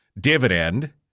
dividend